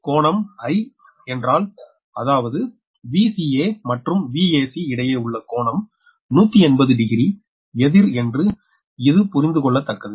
Vac கோணம் I என்றால் அதாவது Vca மற்றும் Vac இடையே உள்ள கோணம் 180 டிகிரி எதிர் என்று இது புரிந்துகொள்ளத்தக்கது